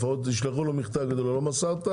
לפחות ישלחו לו מכתב ויגידו לו: לא מסרת.